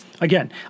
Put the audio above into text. Again